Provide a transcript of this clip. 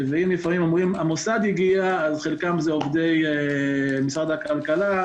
אם לפעמים אומרים שהמוסד הביא אז חלקם זה עובדי משרד הכלכלה.